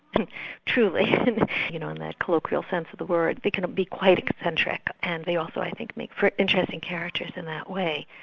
and truly you know in that colloquial sense of the word, they can be quite eccentric and they also, i think, make for interesting characters in that way.